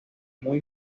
muy